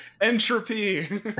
Entropy